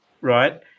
right